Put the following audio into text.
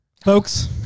Folks